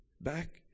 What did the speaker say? back